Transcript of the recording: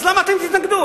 אז למה אתם תתנגדו,